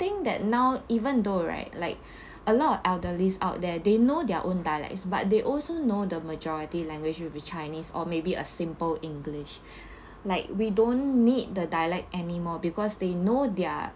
I think that now even though right like a lot of elderlies out there they know their own dialects but they also know the majority language will be chinese or maybe a simple english like we don't need the dialect anymore because they know they're